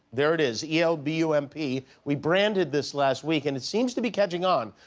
there it is. e l b u m p. we branded this last week. and it seems to be catching on.